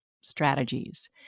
strategies